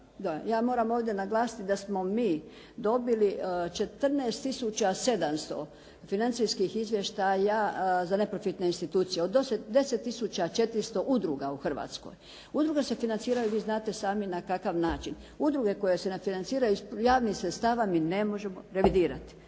ja moram ovdje naglasiti da smo mi dobili 14 tisuća 700 financijskih izvještaja za neprofitne institucije. Od 10 tisuća 400 udruga u Hrvatskoj, udruga se financiraju vi znate sami na kakav način. Udruge koje se ne financiraju iz javnih sredstava mi ne možemo revidirati,